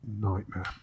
nightmare